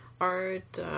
art